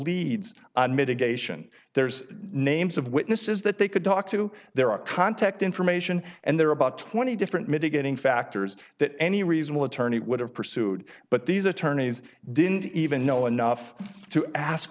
leads on mitigation there's names of witnesses that they could talk to there are contact information and there are about twenty different mitigating factors that any reasonable attorney would have pursued but these attorneys didn't even know enough to ask